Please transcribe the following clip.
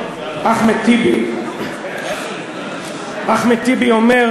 איך, אבו מאזן,